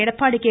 Edappadi K